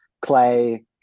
clay